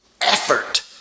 effort